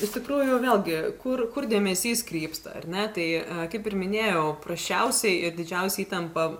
iš tikrųjų vėlgi kur kur dėmesys krypsta ar ne tai kaip ir minėjau prasčiausiai i didžiausią įtampą